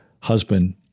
husband